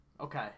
Okay